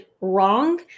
wrong